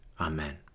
Amen